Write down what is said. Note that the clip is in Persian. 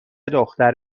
دختر